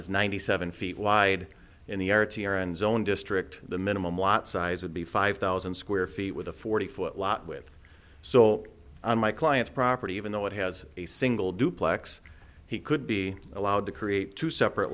is ninety seven feet wide in the end zone district the minimum lot size would be five thousand square feet with a forty foot lot with so on my client's property even though it has a single duplex he could be allowed to create two separate